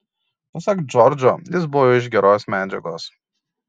pasak džordžo jis buvo iš geros medžiagos